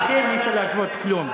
אתכם אי-אפשר להשוות כלום.